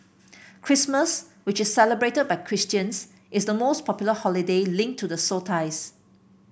Christmas which is celebrated by Christians is the most popular holiday linked to the solstice